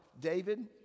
David